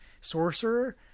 sorcerer